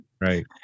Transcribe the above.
Right